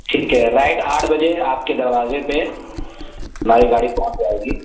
ٹھیک ہے رائٹ آٹھ بجے آپ کے دروازے پہ ہماری گاڑی پہنچ جائے گی